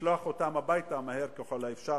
ולשלוח אותם הביתה מהר ככל האפשר,